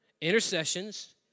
intercessions